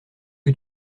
que